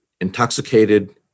intoxicated